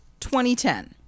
2010